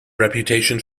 reputation